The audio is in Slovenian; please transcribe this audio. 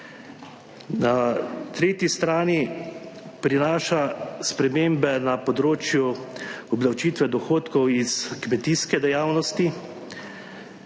Na tretji strani prinaša spremembe na področju obdavčitve dohodkov iz kmetijske dejavnosti.